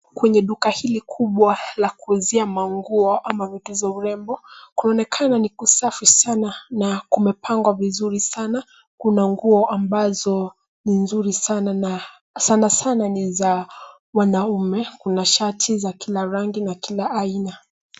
Kwenye duka hili kubwa la kuuzia manguo ama vitu za urembo, kunaonekana ni kusafi sana na kumepangwa vizuri sana. Kuna nguo ambazo ni nzuri sana na sana sana ni za wanaume. Kuna shati za kila rangi na kila aina.